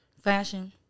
Fashion